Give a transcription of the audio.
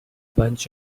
bunch